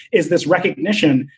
is this recognition,